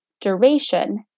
duration